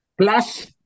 plus